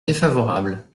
défavorable